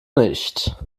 nicht